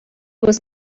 was